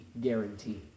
guarantee